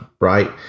right